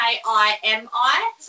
K-I-M-I